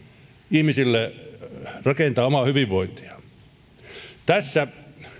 ihmisille rakentaa omaa hyvinvointiaan tässä